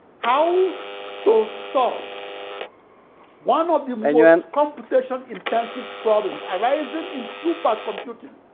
how to solve one of the most computation-intensive problems arising in supercomputing